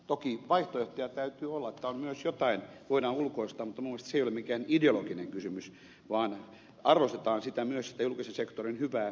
toki vaihtoehtoja täytyy olla jotain voidaan myös ulkoistaa mutta minun mielestäni se ei ole mikään ideologinen kysymys vaan pitää arvostaa myös sitä julkisen sektorin hyvää työväkeä